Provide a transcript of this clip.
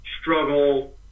struggle